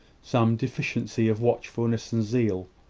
some deficiency of watchfulness and zeal.